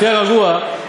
שתהיה רגוע,